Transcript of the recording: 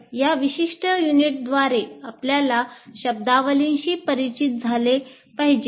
या विशिष्ट युनिटद्वारे आपल्याला शब्दावलीशी परिचित झाले पाहिजे